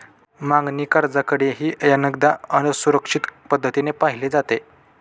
मागणी कर्जाकडेही अनेकदा असुरक्षित पद्धतीने पाहिले जाते